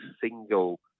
single